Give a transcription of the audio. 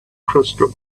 crystal